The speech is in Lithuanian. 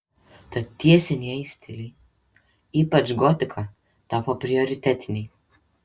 tad tie senieji stiliai ypač gotika tapo prioritetiniai